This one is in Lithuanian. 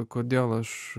kodėl aš